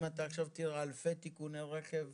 אם אתה עכשיו תראה אלפי תיקוני רכב,